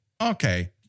okay